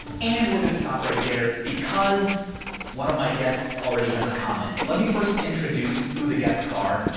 and we're gonna stop right there because one of my guests already has a comment. let me first introduce who the guests are.